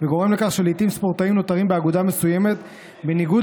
וגורם לכך שלעיתים ספורטאים נותרים באגודה מסוימת בניגוד